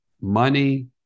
money